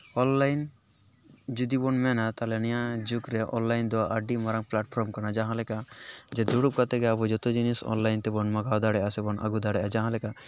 online ᱡᱩᱫᱤ ᱵᱚᱱ ᱢᱮᱱᱟ ᱛᱟᱦᱚᱞᱮ ᱱᱤᱭᱟᱹ ᱡᱩᱜᱽ ᱨᱮ ᱚᱱᱞᱟᱭᱤᱱ ᱫᱚ ᱟᱹᱰᱤ ᱢᱟᱨᱟᱝ ᱯᱞᱟᱴ ᱯᱷᱨᱚᱢ ᱠᱟᱱᱟ ᱡᱟᱦᱟᱸᱞᱮᱠᱟ ᱡᱮ ᱫᱩᱲᱩᱵ ᱠᱟᱛᱮ ᱜᱮ ᱟᱵᱚ ᱡᱚᱛᱚ ᱡᱤᱱᱤᱥ ᱚᱱᱞᱟᱭᱤᱱ ᱛᱮᱵᱚᱱ ᱢᱟᱜᱟᱣ ᱫᱟᱲᱮᱭᱟᱜᱼᱟ ᱥᱮ ᱵᱚᱱ ᱟᱹᱜᱩ ᱫᱟᱲᱮᱭᱟᱜᱼᱟ ᱡᱟᱦᱟᱸᱞᱮᱠᱟ